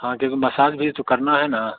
हाँ क्योंकि मसाज भी तो करना है ना